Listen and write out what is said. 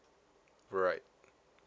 right